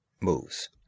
Moves